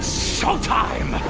showtime!